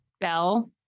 bell